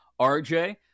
RJ